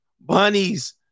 Bunnies